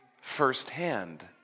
firsthand